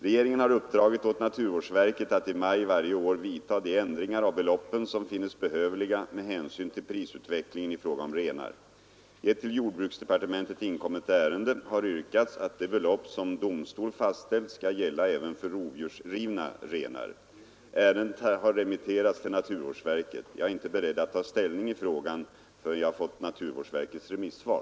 Regeringen har uppdragit åt naturvårdsverket att i maj varje år vidta de ändringar av beloppen som finnes behövliga med hänsyn till prisutvecklingen i fråga om renar. I ett till jordbruksdepartementet inkommet ärende har yrkats att det belopp som domstol fastställt skall gälla även för rovdjursrivna renar. Ärendet har remitterats till naturvårdsverket. Jag är inte beredd att ta ställning i frågan förrän jag fått naturvårdsverkets remissvar.